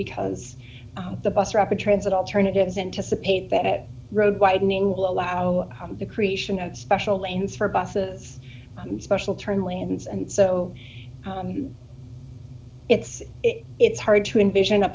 because the bus rapid transit alternatives anticipate that road widening will allow the creation of special lanes for busses and special turn lanes and so it's it's hard to envision a